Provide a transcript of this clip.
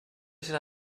serà